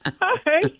Hi